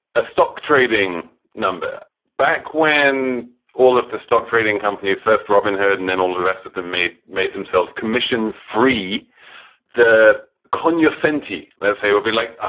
a stock trading number. back when all of the stock trading companies, first robin hood and then all the rest of them made made themselves commission free the cognoscente, let's say we'll be like, ah